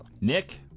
Nick